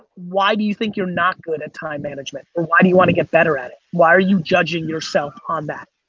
why do you think you're not good at time management? why do you wanna get better at it? why are you judging yourself on that?